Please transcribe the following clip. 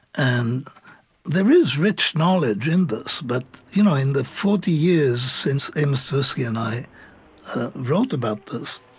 um there is rich knowledge in this, but you know in the forty years since amos tversky and i wrote about this,